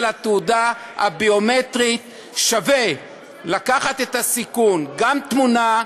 התעודה הביומטרית שווה לקחת את הסיכון: גם תמונה,